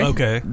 Okay